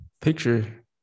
picture